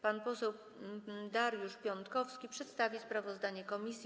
Pan poseł Dariusz Piontkowski przedstawi sprawozdanie komisji.